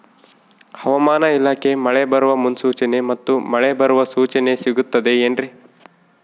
ಹವಮಾನ ಇಲಾಖೆ ಮಳೆ ಬರುವ ಮುನ್ಸೂಚನೆ ಮತ್ತು ಮಳೆ ಬರುವ ಸೂಚನೆ ಸಿಗುತ್ತದೆ ಏನ್ರಿ?